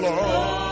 Lord